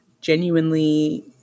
genuinely